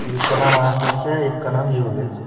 एक का नाम आशीष है एक का नाम योगेश है